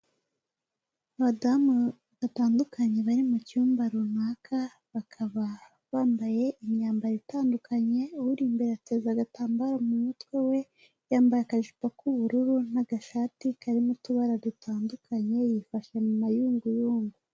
Abadamu batandukanye bari mu cyumba runaka, bakaba bambaye imyambaro itandukanye, uri imbere ateze agatambaro mu mutwe we, yambaye akajipo k'ubururu n'agashati karimo utubara dutandukanye, yifashe mu mayunguyungu.